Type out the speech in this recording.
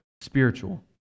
spiritual